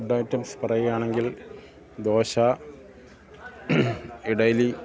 food items പറയുകയാണെങ്കിൽ ദോശ ഇഡലി